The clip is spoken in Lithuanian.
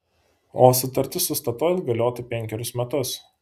o sutartis su statoil galiotų penkerius metus